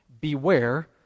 beware